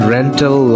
Rental